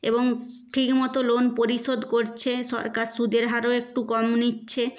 এবং ঠিকমতো লোন পরিশোধ করছে সরকার সুদের হারও একটু কম নিচ্ছে